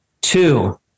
Two